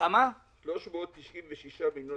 כולל הטלפונים?